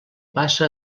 passa